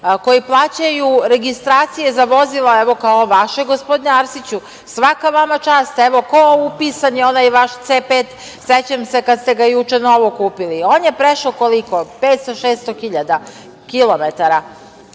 koji plaćaju registracije za vozila, evo kao vaše, gospodine Arsiću? Svaka vama čast. Evo, kao upisani onaj vaš „C5“ sećam se kad ste ga juče novog kupili, on je prešao, koliko, 500, 600.000